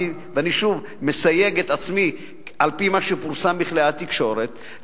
אני שוב מסייג את עצמי: על-פי מה שפורסם בכלי התקשורת,